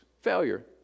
Failure